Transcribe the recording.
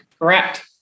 Correct